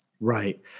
Right